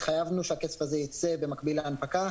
התחייבנו שהכסף הזה ייצא במקביל להנפקה.